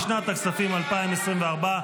לשנת הכספים 2024,